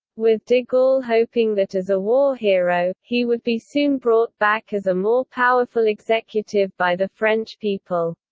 with de gaulle hoping that as a war hero, he would be soon brought back as a more powerful executive by the french people.